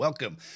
Welcome